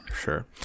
Sure